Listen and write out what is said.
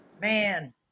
man